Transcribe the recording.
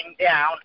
down